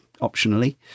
optionally